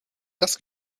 das